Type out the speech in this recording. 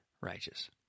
righteous